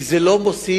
כי זה לא מוסיף,